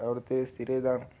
അവിടുത്തെ സ്ഥിരം ഇതാണ്